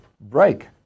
break